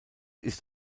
ist